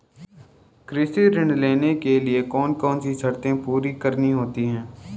कृषि ऋण लेने के लिए कौन कौन सी शर्तें पूरी करनी होती हैं?